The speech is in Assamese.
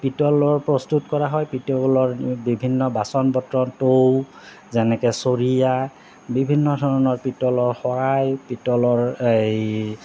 পিতলৰ প্ৰস্তুত কৰা হয় পিতলৰ বিভিন্ন বাচন বৰ্তন টৌ যেনেকে চৰিয়া বিভিন্ন ধৰণৰ পিতলৰ শৰাই পিতলৰ এই